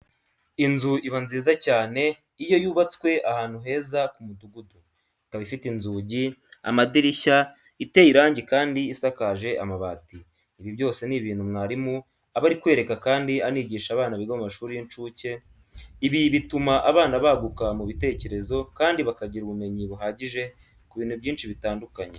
Inzu iba nziza cyane, iyo yubatswe ahantu heza ku mudugudu, ikaba ifite inzugi, amadirishya, iteye irangi kandi isakaje amabati. Ibi byose ni ibintu mwarimu aba ari kwereka kandi anigisha abana biga mu mashuri y'incuke. Ibi bituma abana baguka mu bitekerezo kandi bakagira ubumenyi buhagije ku bintu byinshi bitandukanye.